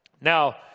Now